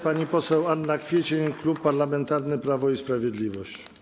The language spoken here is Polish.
Pani poseł Anna Kwiecień, Klub Parlamentarny Prawo i Sprawiedliwość.